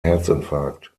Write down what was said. herzinfarkt